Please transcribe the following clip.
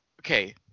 okay